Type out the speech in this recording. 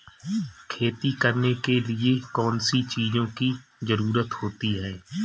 खेती करने के लिए कौनसी चीज़ों की ज़रूरत होती हैं?